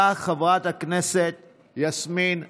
באה חברת הכנסת יסמין פרידמן,